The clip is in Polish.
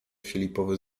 filipowi